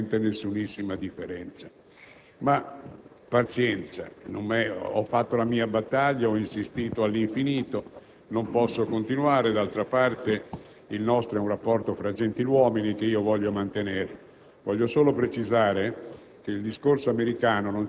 dica la legge, non vi è assolutamente nessuna differenza. Pazienza: io ho condotto la mia battaglia, ho insistito all'infinito, ma non posso continuare. D'altra parte, il nostro è un rapporto fra gentiluomini che intendo mantenere.